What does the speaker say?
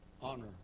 honor